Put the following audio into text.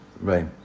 Right